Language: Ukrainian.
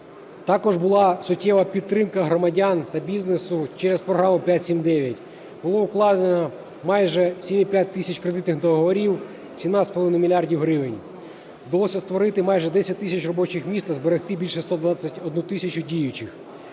Також була суттєва підтримка громадян та бізнесу через програму "5-7-9". Було укладено майже 7,5 тисяч кредитних договорів – 17,5 мільярда гривень. Вдалося створити майже 10 тисяч робочих місць та зберегти більше 121 тисячу діючих.